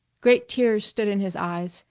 great tears stood in his eyes,